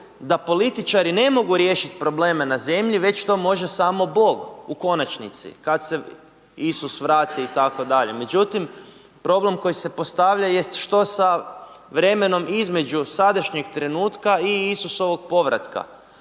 da političari ne mogu riješiti probleme na zemlji već to može samo Bog u konačnici, kada se Isus vrati itd.. Međutim, problem koji se postavlja jest što sa vremenom između sadašnjeg trenutka i Isusovog povratka.